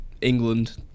England